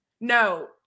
No